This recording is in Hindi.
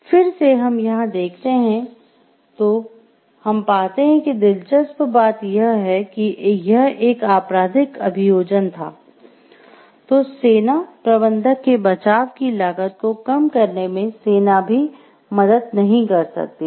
फिर से हम यहाँ देखते हैं तो हम पाते है कि दिलचस्प बात यह है कि यह एक आपराधिक अभियोजन था तो सेना प्रबंधक के बचाव की लागत को कम करने में सेना भी मदद नहीं कर सकती थी